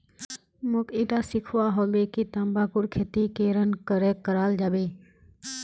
मोक ईटा सीखवा हबे कि तंबाकूर खेती केरन करें कराल जाबे